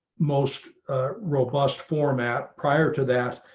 most robust format. prior to that,